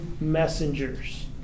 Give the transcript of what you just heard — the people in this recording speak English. messengers